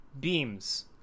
Beams